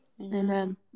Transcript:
Amen